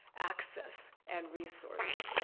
access and resource.